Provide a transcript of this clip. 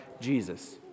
Jesus